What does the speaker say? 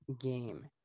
game